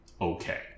okay